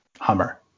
Hummer